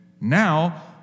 Now